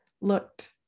looked